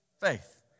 faith